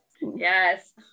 Yes